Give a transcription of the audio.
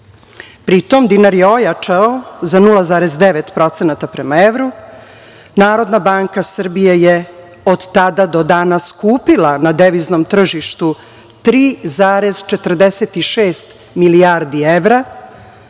cilj. Pritom, dinar je ojačao za 0,9% prema evru. Narodna banka Srbije je od tada do danas kupila na deviznom tržištu 3,46 milijardi evra,